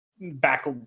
back